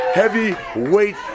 heavyweight